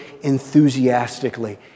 enthusiastically